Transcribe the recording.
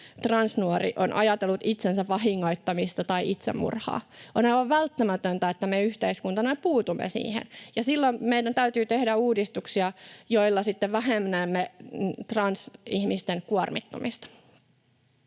transnuori on ajatellut itsensä vahingoittamista tai itsemurhaa. On aivan välttämätöntä, että me yhteiskuntana puutumme siihen, ja silloin meidän täytyy tehdä uudistuksia, joilla vähennämme transihmisten kuormittumista.